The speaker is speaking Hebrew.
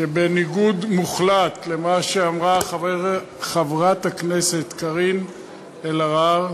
שבניגוד מוחלט למה שאמרה חברת הכנסת קארין אלהרר,